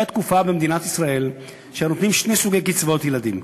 הייתה תקופה במדינת ישראל שהיו נותנים שני סוגי קצבאות ילדים,